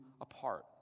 apart